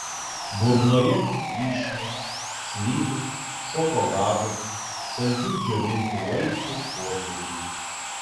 burnoje vyšnių slyvų šokolado saldžių džiovintų vaisių potėpiai